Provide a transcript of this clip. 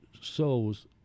souls